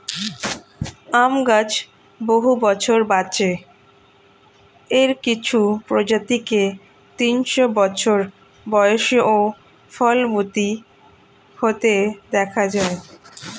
আম গাছ বহু বছর বাঁচে, এর কিছু প্রজাতিকে তিনশো বছর বয়সেও ফলবতী হতে দেখা যায়